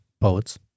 poets